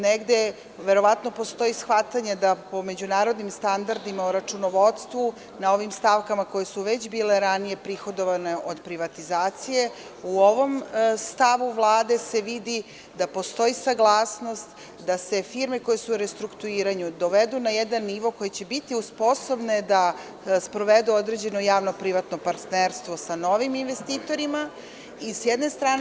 Negde verovatno postoji shvatanje da po međunarodnim standardima o računovodstvu na ovim stavkama, koje su već bile ranije prihodovane od privatizacije, u ovom stavu Vlade se vidi da postoji saglasnost da se firme koje su u restrukturiranju dovedu na jedan nivo, koje će biti sposobne da sprovedu određeno javno-privatno partnerstvo sa novim investitorima, sa jedne strane.